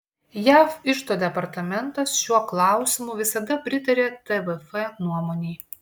jav iždo departamentas šiuo klausimu visada pritarė tvf nuomonei